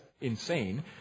insane